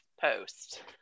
post